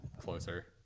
closer